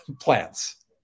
plants